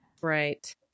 Right